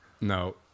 No